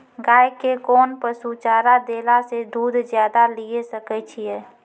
गाय के कोंन पसुचारा देला से दूध ज्यादा लिये सकय छियै?